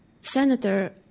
Senator